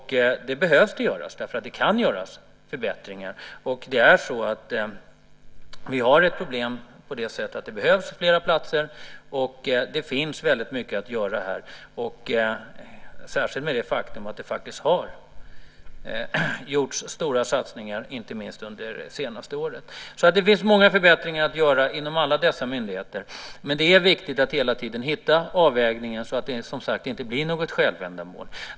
Det behöver göras. Det kan göras förbättringar. Vi har problem med att det behövs fler platser. Här finns väldigt mycket att göra, och det har också gjorts stora satsningar, inte minst under det senaste året. Det finns många förbättringar att göra inom alla dessa myndigheter. Det är dock som sagt viktigt att hela tiden hitta avvägningen så att det inte blir något självändamål.